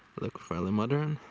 look fairly modern.